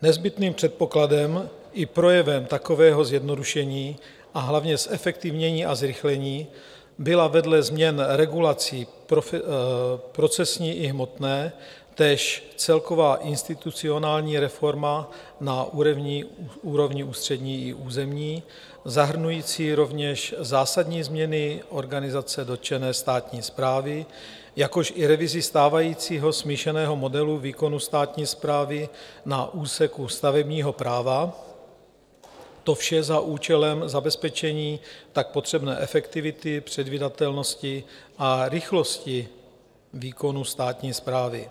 Nezbytným předpokladem i projevem takového zjednodušení, a hlavně zefektivnění a zrychlení byla vedle změn regulací procesní i hmotné též celková institucionální reforma na úrovni ústřední i územní, zahrnující rovněž zásadní změny organizace dotčené státní správy, jakož i revizi stávajícího smíšeného modelu výkonu státní správy na úseku stavebního práva, to vše za účelem zabezpečení tak potřebné efektivity, předvídatelnosti a rychlosti výkonu státní správy.